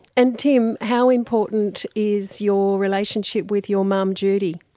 and tim, how important is your relationship with your mum, judy?